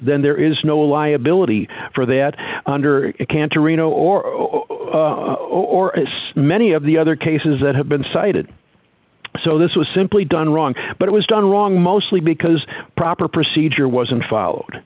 then there is no liability for that under it can't a rino or or as many of the other cases that have been cited so this was simply done wrong but it was done wrong mostly because proper procedure wasn't followed